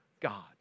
God